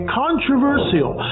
controversial